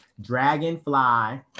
Dragonfly